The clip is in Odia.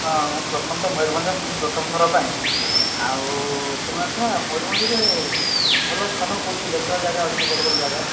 ହଁ ମୁଁ ପ୍ରଥମ ତ ମୟୂରଭଞ୍ଜ ଆସୁଛି ପ୍ରଥମଥର ପାଇଁ ଆଉ ତେଣୁ ଆଚ୍ଛା ମୟୂରଭଞ୍ଜରେ ଭଲ ସ୍ଥାନ ଦେଖିବା ଅଛି ଭଲ ଭଲ ଜାଗା